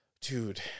dude